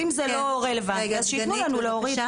אם זה לא רלוונטי, שייתנו לנו להוריד.